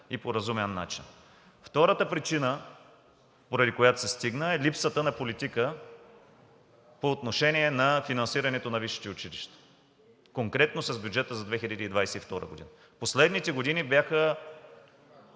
и по разумен начин. Втората причина, поради която се стигна, е липсата на политика по отношение на финансирането на висшите училища конкретно с бюджета за 2022 г. Последните години бяха